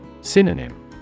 Synonym